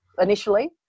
initially